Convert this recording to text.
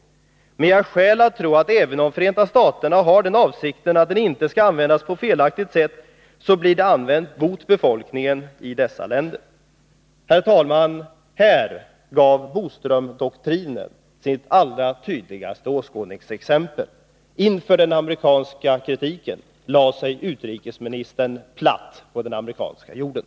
Men jag har skäl att tro att, även om Förenta staterna har den avsikten, att det inte skall användas på felaktigt sätt, så blir det använt mot befolkningen i dessa länder.” Herr talman! Här fick Bodströmdoktrinen sitt allra tydligaste åskådningsexempel. Inför kritiken lade sig utrikesministern platt på den amerikanska jorden.